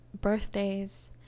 birthdays